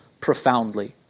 profoundly